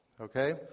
okay